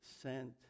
sent